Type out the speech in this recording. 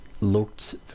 looked